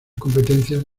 competencias